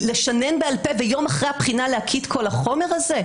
לשנן בעל-פה ויום אחרי הבחינה להקיא את כל החומר הזה?